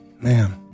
Man